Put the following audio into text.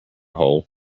hole